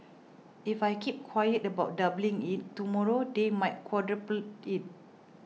if I keep quiet about doubling it tomorrow they might quadruple it